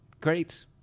great